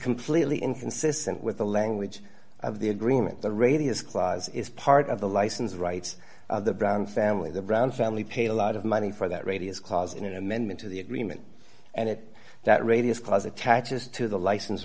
completely inconsistent with the language of the agreement the radius clause is part of the license rights of the brown family the brown family paid a lot of money for that radius clause in an amendment to the agreement and it that radius clause attaches to the license